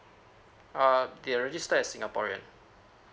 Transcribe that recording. err they are register as singaporean